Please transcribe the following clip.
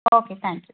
okay thank you